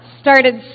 started